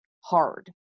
hard